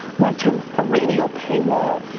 went to a radio paywall.